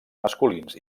masculins